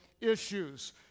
issues